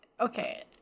okay